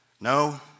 No